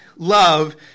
love